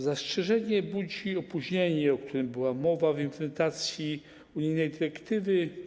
Zastrzeżenie budzi opóźnienie, o którym była mowa w implementacji unijnej dyrektywy.